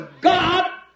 God